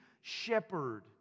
shepherd